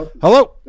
Hello